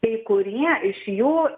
kai kurie iš jų